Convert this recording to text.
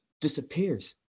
disappears